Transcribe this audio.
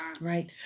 right